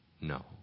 no